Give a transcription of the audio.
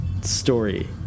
story